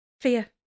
Fear